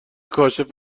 کاشف